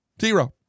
Zero